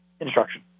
instruction